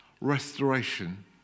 restoration